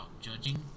judging